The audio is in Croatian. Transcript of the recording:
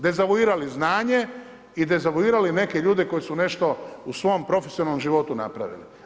Dezavuirali znanje i dezavuirali neke ljude koji su nešto u svom profesionalnom životu napravili.